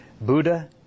Buddha